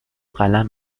قلم